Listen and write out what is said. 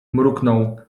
mruknął